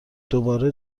دوبار